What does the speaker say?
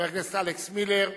חבר הכנסת אלכס מילר,